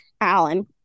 alan